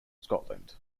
scotland